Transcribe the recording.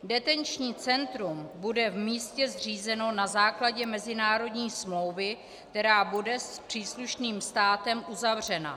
Detenční centrum bude v místě zřízeno na základě mezinárodní smlouvy, která bude s příslušným státem uzavřena.